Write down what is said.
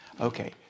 okay